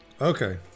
Okay